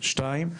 שתיים,